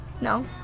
no